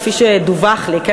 כפי שדווח לי,